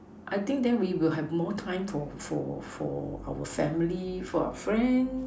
I think then we will have more time for for for our family for our friends